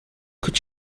could